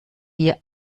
wir